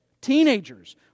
teenagers